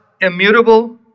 immutable